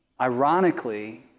ironically